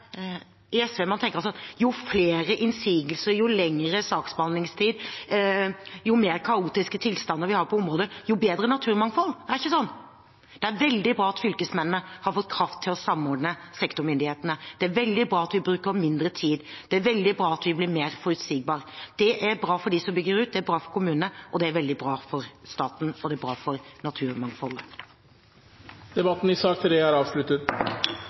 ikke sånn. Det er veldig bra at fylkesmennene har fått kraft til å samordne sektormyndighetene, det er veldig bra at vi bruker mindre tid, det er veldig bra at vi blir mer forutsigbare. Det er bra for dem som bygger ut, det er bra for kommunene, det er veldig bra for staten, og det er bra for naturmangfoldet. Debatten i sak nr. 3 er avsluttet.